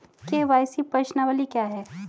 KYC प्रश्नावली क्या है?